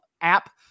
app